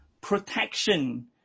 protection